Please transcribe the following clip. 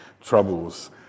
troubles